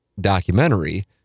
documentary